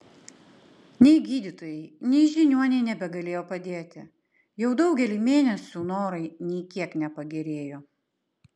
nei gydytojai nei žiniuoniai nebegalėjo padėti jau daugelį mėnesių norai nė kiek nepagerėjo